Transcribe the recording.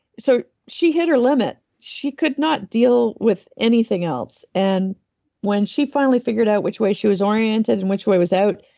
so she hit her limit. she could not deal with anything else. and when she finally figured which way she was oriented and which way was out,